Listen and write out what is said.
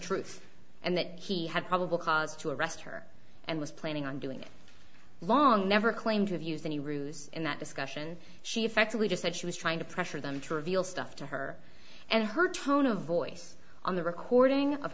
truth and that he had probable cause to arrest her and was planning on doing it long never claimed to have used any ruse in that discussion she effectively just said she was trying to pressure them to reveal stuff to her and her tone of voice on the recording of